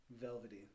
Velvety